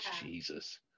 Jesus